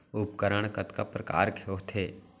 उपकरण कतका प्रकार के होथे?